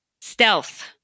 Stealth